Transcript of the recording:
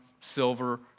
silver